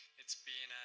it's been,